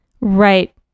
Right